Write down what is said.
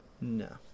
No